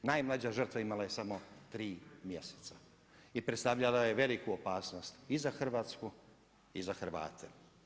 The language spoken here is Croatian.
Najmlađa žrtva imala je samo 3 mjeseca i predstavljala je veliku opasnost i za Hrvatsku i za Hrvate.